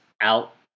out